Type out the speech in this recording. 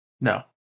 no